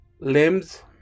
Limbs